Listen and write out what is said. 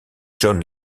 john